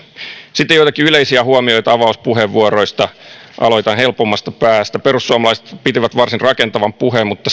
sitten joitakin yleisiä huomioita avauspuheenvuoroista aloitan helpommasta päästä perussuomalaiset pitivät varsin rakentavan puheen mutta